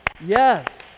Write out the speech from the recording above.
Yes